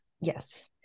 Yes